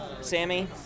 Sammy